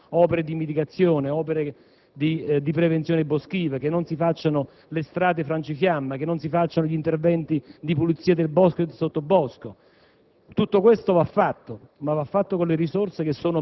perché i veri ambientalisti non si oppongono a che si facciano opere di mitigazione, di prevenzione boschiva, non chiedono che non si facciano le strade frangifiamma, che non si facciano gli interventi di pulizia del bosco e del sottobosco.